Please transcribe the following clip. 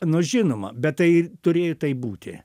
nu žinoma bet tai ir turėjo taip būti